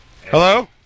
Hello